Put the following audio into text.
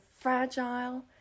fragile